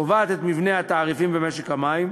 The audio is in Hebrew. קובעת את מבנה התעריפים במשק המים,